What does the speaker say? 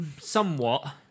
somewhat